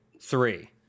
three